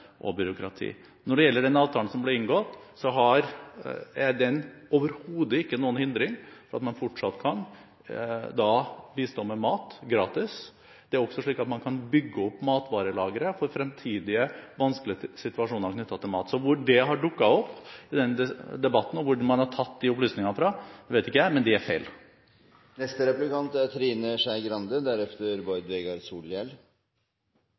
og byråkrati. Når det gjelder den avtalen som ble inngått, er den overhodet ikke noen hindring for at man fortsatt kan bistå med mat gratis. Man kan også bygge opp matvarelageret for fremtidige vanskelige situasjoner knyttet til mat. Hvor i debatten dette har dukket opp, og hvor man har disse opplysningene fra, vet jeg ikke, men de er feil.